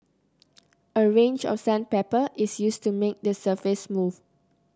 a range of sandpaper is used to make the surface smooth